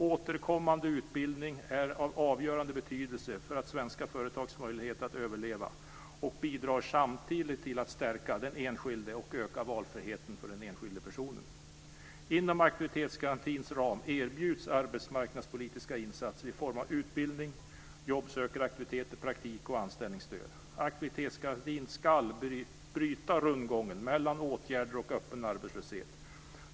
Återkommande utbildning är av avgörande betydelse för svenska företags möjligheter att överleva och bidrar samtidigt till att stärka den enskilde och öka valfriheten för den enskilde personen. Inom aktivitetsgarantins ram erbjuds arbetsmarknadspolitiska insatser i form av utbildning, jobbsökaraktiviteter, praktik och anställningsstöd. Aktivitetsgarantin ska bryta rundgången mellan åtgärder och öppen arbetslöshet.